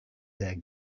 their